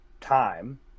time